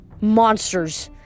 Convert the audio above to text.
monsters